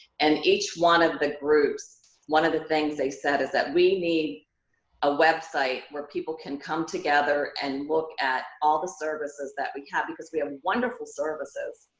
and each one of the groups, one of the things they said is that we need a website where people can come together and look at all the services that we have, because we have wonderful services.